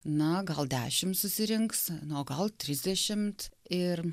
na gal dešim susirinks nu o gal trisdešimt ir